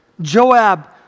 Joab